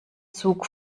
zug